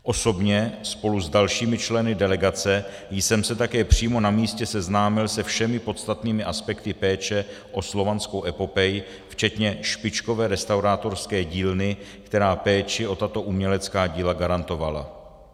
Osobně spolu s dalšími členy delegace jsem se také přímo na místě seznámil se všemi podstatnými aspekty péče o Slovanskou epopej včetně špičkové restaurátorské dílny, která péči o tato umělecká díla garantovala.